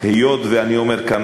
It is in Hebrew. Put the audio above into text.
היות שאני אומר כאן,